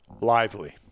Lively